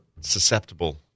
susceptible